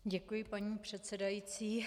Děkuji, paní předsedající.